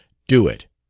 do it.